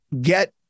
Get